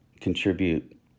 contribute